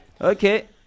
okay